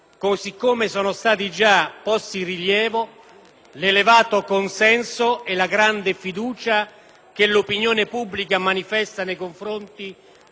l'elevato consenso e la grande fiducia che l'opinione pubblica manifesta nei confronti dell'operato degli uomini e delle donne in uniforme.